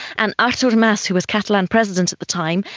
and artur mas, who was catalan president at the time,